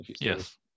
Yes